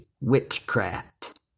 witchcraft